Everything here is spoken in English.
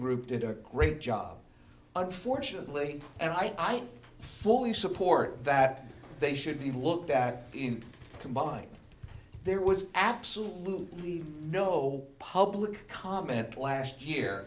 group did a great job unfortunately i can't fully support that they should be looked at in combined there was absolutely no public comment last year